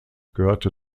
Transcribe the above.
gehörte